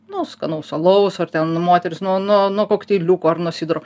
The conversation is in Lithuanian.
nu skanaus alaus ar ten nu moteris nuo nuo kokteiliuko ar nuo sidro